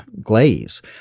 glaze